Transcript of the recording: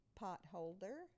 potholder